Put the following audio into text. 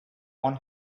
one